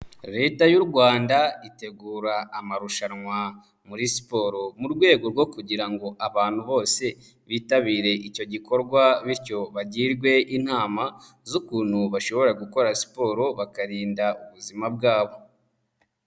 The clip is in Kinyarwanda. Leta y'u Rwanda itegura amarushanwa muri siporo, mu rwego rwo kugira ngo abantu bose bitabire icyo gikorwa bityo bagirwe inama z'ukuntu bashobora gukora siporo bakarinda ubuzima bwabo.